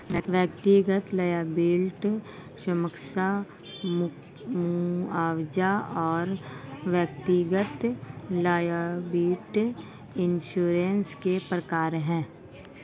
व्यक्तिगत लॉयबिलटी श्रमिक मुआवजा और वाणिज्यिक लॉयबिलटी इंश्योरेंस के प्रकार हैं